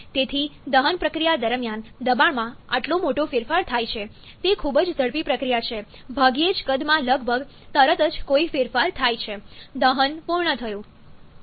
તેથી દહન પ્રક્રિયા દરમિયાન દબાણમાં આટલો મોટો ફેરફાર થાય છે તે ખૂબ જ ઝડપી પ્રક્રિયા છે ભાગ્યે જ કદમાં લગભગ તરત જ કોઈ ફેરફાર થાય છે દહન પૂર્ણ થયું